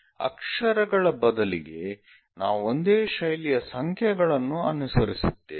ಅಕ್ಷರಗಳ ಬದಲಿಗೆ ನಾವು ಒಂದೇ ಶೈಲಿಯ ಸಂಖ್ಯೆಗಳನ್ನು ಅನುಸರಿಸುತ್ತೇವೆ